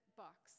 box